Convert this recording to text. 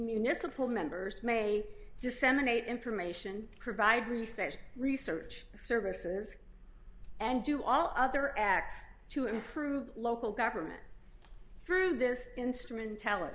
municipal members may disseminate information provide research research services and do all other acts to improve local government through this instrument tal